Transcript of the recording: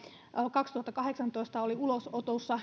kaksituhattakahdeksantoista ulosotossa